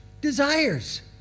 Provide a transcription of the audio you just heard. desires